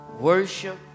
worship